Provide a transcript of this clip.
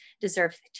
deserve